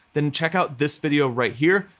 then check out this video right here.